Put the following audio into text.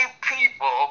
people